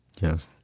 yes